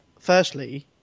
Firstly